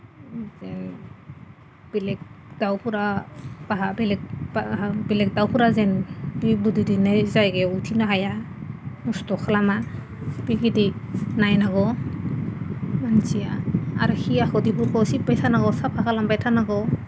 ओमफ्राय बेलेग दाउफोरा बाहा बेलेग दाउफोरा जेन बे बिदै दैनाय जायगायाव उथिनो हाया नस्थ' खालामा बेबायदि नायनांगौ मानसिया आरो खि हासुदैफोरखौ सिबबाय थानांगौ साफा खालायबाय थांनागौ